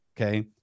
okay